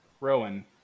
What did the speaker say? Rowan